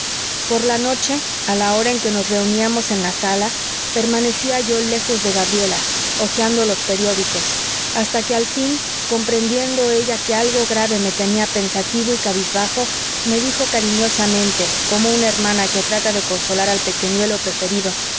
por la noche a la hora en que nos reuníamos en la sala permanecía yo lejos de gabriela hojeando los periódicos hasta que al fin comprendiendo ella que algo grave me tenía pensativo y cabizbajo me dijo cariñosamente como una hermana que trata de consolar al pequeñuelo preferido